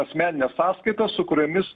asmenines sąskaitas su kuriomis